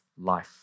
life